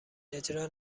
اجرا